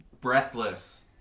Breathless